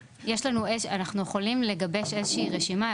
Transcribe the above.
ואנחנו יכולים לגבש איזה שהיא רשימה.